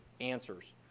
answers